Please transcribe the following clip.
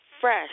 fresh